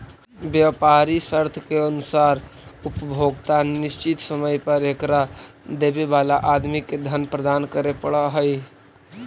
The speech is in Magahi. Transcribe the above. व्यापारी शर्त के अनुसार उपभोक्ता निश्चित समय पर एकरा देवे वाला आदमी के धन प्रदान करे पड़ऽ हई